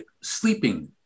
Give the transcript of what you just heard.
sleeping